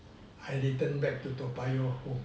I return back to toa payoh